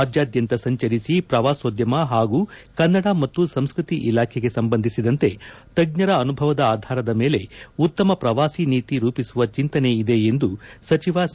ರಾಜ್ಞಾದ್ದಂತ ಸಂಚರಿಸಿ ಪ್ರವಾಸೋದ್ದಮ ಹಾಗೂ ಕನ್ನಡ ಮತ್ತು ಸಂಸ್ಕೃತಿ ಇಲಾಖೆಗೆ ಸಂಬಂಧಿಸಿದಂತೆ ತಜ್ಞರ ಅನುಭವದ ಆಧಾರದ ಮೇಲೆ ಉತ್ತಮ ಪ್ರವಾಸಿ ನೀತಿ ರೂಪಿಸುವ ಚಿಂತನೆ ಇದೆ ಎಂದು ಸಿ